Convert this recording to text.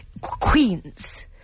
queens